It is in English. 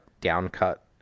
down-cut